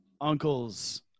uncles